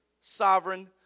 sovereign